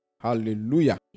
Hallelujah